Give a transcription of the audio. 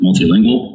multilingual